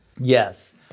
Yes